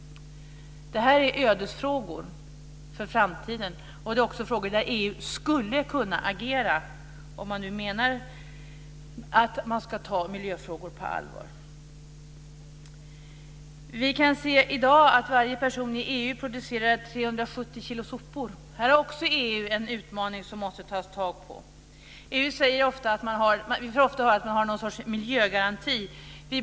Detta är ödesfrågor för framtiden. Och det är också frågor där EU skulle kunna agera om man nu menar att man ska ta miljöfrågor på allvar. Vi kan i dag se att varje person i EU producerar 370 kilo sopor. Här har EU också en utmaning som man måste ta tag i. Vi får ofta höra att man har någon sorts miljögaranti inom EU.